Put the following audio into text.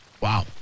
wow